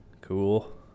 Cool